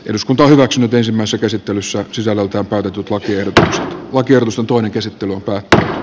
eduskunta hyväksyi itäisimmässä käsittelyssä sisällöltään tuttua kieltä jos oikeusjutun käsittelyn kautta